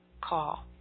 call